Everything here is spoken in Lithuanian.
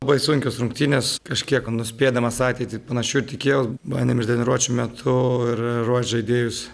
labai sunkios rungtynės kažkiek nuspėdamas ateitį panašių ir tikėjau bandėm ir treniruočių metu ir ruošt žaidėjus